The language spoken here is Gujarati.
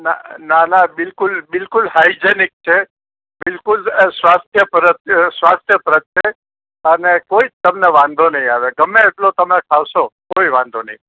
ના ના બિલકુલ બિલકુલ હાયજેનિક છે બિલકુલ સ્વાસ્થ્ય પ્રત્યે સ્વાસ્થ્ય પ્રત્યે અને કોઈ જ તમને વાંધો નહીં આવે ગમે તેટલો તમે ખાશો કોઈ વાંધો નહીં